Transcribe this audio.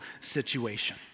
situation